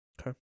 Okay